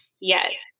yes